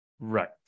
Right